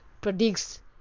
predicts